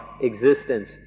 existence